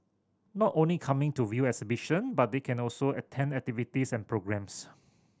not only coming to view exhibition but they can also attend activities and programmes